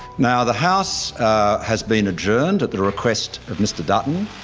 now, the house has been adjourned at the request of mr dutton,